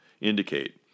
indicate